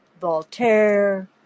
Voltaire